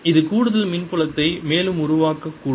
இது கூடுதல் மின் புலத்தை மேலும் உருவாக்கக்கூடும்